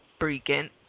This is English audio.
freaking